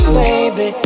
baby